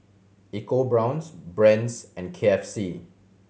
EcoBrown's Brand's and K F C